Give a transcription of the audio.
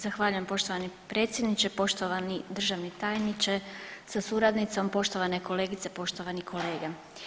Zahvaljujem poštovani predsjedniče, poštovani državni tajniče sa suradnicom, poštovani kolegice, poštovani kolege.